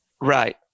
Right